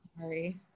sorry